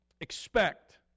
expect